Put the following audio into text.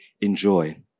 enjoy